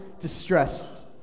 distressed